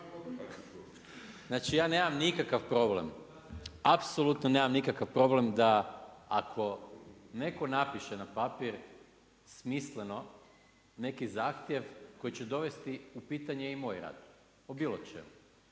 Znači ja nemam nikakav problem, apsolutno nemam nikakav problem da ako neko napiše na papir smisleno neki zahtjev koji će dovesti u pitanje i moj rad po bilo čemu,